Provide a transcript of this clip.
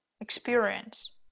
experience